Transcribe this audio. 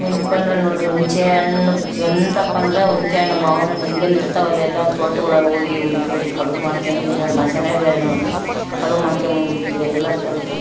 ನೆನ್ಪು ಅಂದರೆ ನೋಡ್ರಿ ಹುಂಚೆ ಹಣ್ಣು ಬಂತಪ್ಪ ಅಂದರೆ ಹುಂಚೆ ಹಣ್ಣು ಮಾವಿನ ಹಣ್ಣು ಎಲ್ಲೆಲ್ಲಿ ಇರ್ತವೆ ಅಲ್ಲೆಲ್ಲ ತೋಟಗಳಾಗೋಗಿ ಈ ಹುಡುಕ್ಯಾಡಿ ಕಳುವು ಮಾಡ್ಕ್ಯಾನ್ ತಿನ್ನೋದು ಮಜಾನೇ ಬೇರೆನೋಡು ಕಳುವು ಮಾಡ್ಕೊಂಬಂದ್ ಇವೆಲ್ಲಾ ಕಲ್ತು